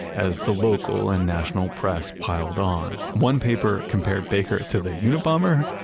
as the local and national press piled on. one paper compared baker to the unabomber.